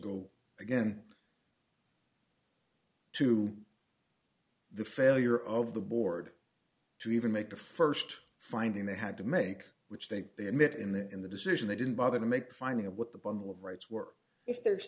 go again to the failure of the board to even make the st finding they had to make which think they admit in the in the decision they didn't bother to make the finding of what the bundle of rights were if there's